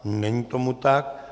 Není tomu tak.